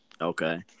Okay